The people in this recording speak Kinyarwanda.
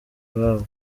babo